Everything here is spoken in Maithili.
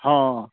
हँ